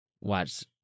watch